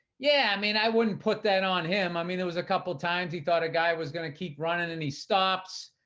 yeah. i mean, i wouldn't put that on him. i mean, there was a couple of times he thought a guy was going to keep running and he stops,